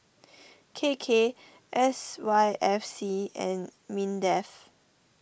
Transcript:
K K S Y F C and Mindef